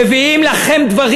מביאים לכם דברים.